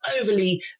overly